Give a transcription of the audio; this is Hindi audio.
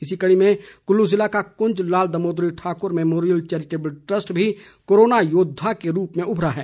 इसी कड़ी में कुल्लू जिला का Kunj Lal Damodari Thakur Memorial Charitable Trust भी कोरोना योद्वा के रूप में उभरा है